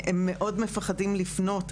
הם מאוד מפחדים לפנות.